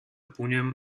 punem